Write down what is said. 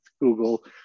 Google